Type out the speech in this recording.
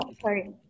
sorry